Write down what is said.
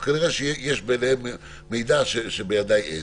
אז כנראה שיש בידיהם מידע שבידי אין,